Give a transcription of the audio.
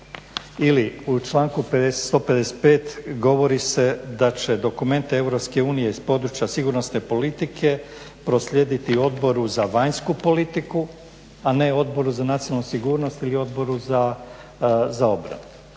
Ili u članku 155.govori se da će dokumente EU iz područja sigurnosne politike proslijediti Odboru za vanjsku politiku, a ne Odboru za nacionalnu sigurnost ili Odboru za obranu